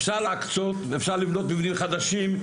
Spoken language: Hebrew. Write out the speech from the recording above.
אפשר להקצות ואפשר לבנות מבנים חדשים,